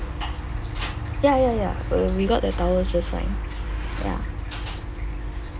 ya ya ya uh we got the towels just fine ya